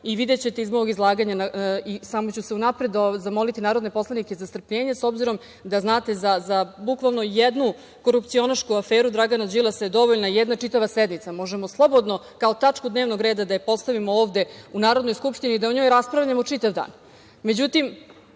videćete iz mog izlaganja, i samo ću unapred zamoliti narodne poslanike za strpljenje s obzirom da znate da za bukvalno jednu korupcionašku aferu Dragana Đilasa je dovoljna jedna čitava sednica, možemo slobodno kao tačku dnevnog reda da je postavimo ovde u Narodnoj skupštini i da o njoj raspravljamo čitav